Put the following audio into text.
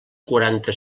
quaranta